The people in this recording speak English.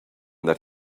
that